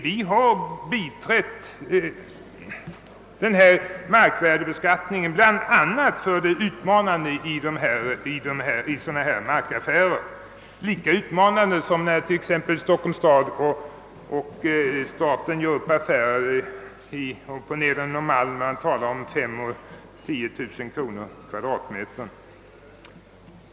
Vi har biträtt förslaget om markvärdebeskattningen bl.a. just på grund av den utmaning sådana markaffärer utgör. De är lika utmanande som när t.ex. Stockholms stad och staten gör upp affärer på Nedre Norrmalm, där man talar om 5000 och 10000 kronor per kvadratmeter.